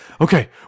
okay